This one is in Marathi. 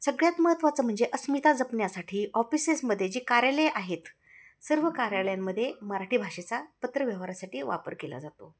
सगळ्यात महत्त्वाचं म्हणजे अस्मिता जपण्यासाठी ऑफिसेसमध्ये जे कार्यालय आहेत सर्व कार्यालयांमध्ये मराठी भाषेचा पत्रव्यवहासाठी वापर केला जातो